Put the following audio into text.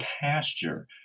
pasture